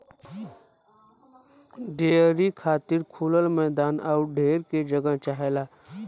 dairy खातिर खुलल मैदान आउर ढेर के जगह चाहला